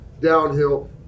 downhill